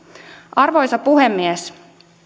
arvoisa puhemies